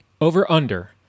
Over-under